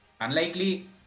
unlikely